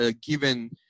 given